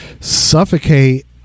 suffocate